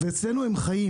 ואצלנו הם חיים.